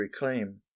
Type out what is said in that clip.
reclaim